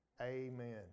Amen